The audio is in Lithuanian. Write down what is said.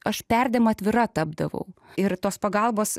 aš perdėm atvira tapdavau ir tos pagalbos